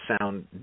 sound